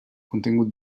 contingut